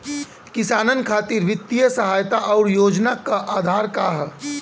किसानन खातिर वित्तीय सहायता और योजना क आधार का ह?